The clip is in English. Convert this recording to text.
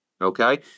Okay